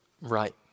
right